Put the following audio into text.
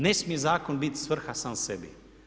Ne smije zakon biti svrha sam sebi.